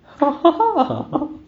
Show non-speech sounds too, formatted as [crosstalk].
[noise]